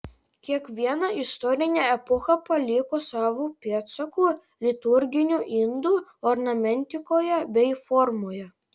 kiekviena istorinė epocha paliko savų pėdsakų liturginių indų ornamentikoje bei formoje